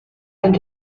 ein